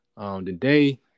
Today